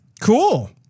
Cool